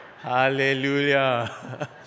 Hallelujah